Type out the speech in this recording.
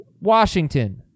Washington